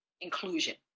inclusion